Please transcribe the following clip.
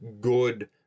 good